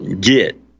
get